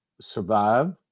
survive